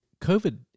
COVID